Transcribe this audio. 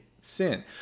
sin